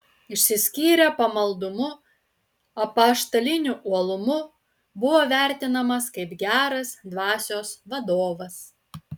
išsiskyrė pamaldumu apaštaliniu uolumu buvo vertinamas kaip geras dvasios vadovas